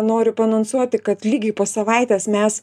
noriu paanonsuoti kad lygiai po savaitės mes